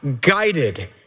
guided